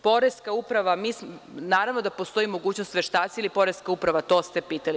Poreska uprava, naravno da postoji mogućnost, veštaci ili poreska uprava, to ste pitali.